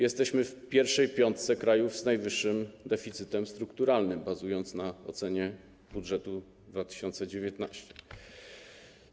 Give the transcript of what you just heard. Jesteśmy w pierwszej piątce krajów z najwyższym deficytem strukturalnym, bazując na ocenie budżetu 2019 r.